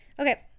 Okay